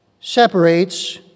separates